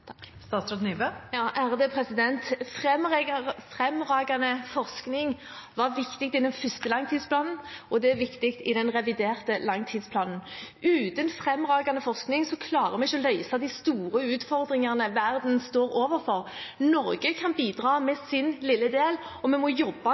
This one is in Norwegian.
Fremragende forskning var viktig i den første langtidsplanen, og det er viktig i den reviderte langtidsplanen. Uten fremragende forskning klarer vi ikke å løse de store utfordringene verden står overfor. Norge kan bidra